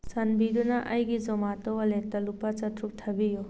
ꯆꯥꯟꯕꯤꯗꯨꯅ ꯑꯩꯒꯤ ꯖꯣꯃꯥꯇꯣ ꯋꯥꯂꯦꯠꯇ ꯂꯨꯄꯥ ꯆꯇꯔꯨꯛ ꯊꯥꯕꯤꯌꯨ